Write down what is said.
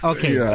Okay